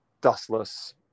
dustless